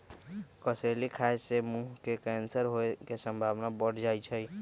कसेली खाय से मुंह के कैंसर होय के संभावना बढ़ जाइ छइ